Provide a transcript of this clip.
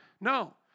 No